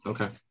Okay